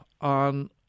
on—